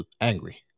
angry